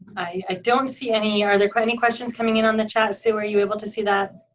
i don't see any, are there quite any questions coming in on the chat? sue are you able to see that?